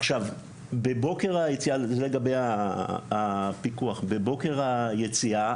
עכשיו לגבי הפיקוח - בבוקר היציאה,